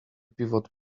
pivot